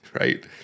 right